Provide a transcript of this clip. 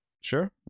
Sure